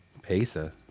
Pesa